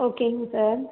ஓகேங்க சார்